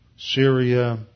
Syria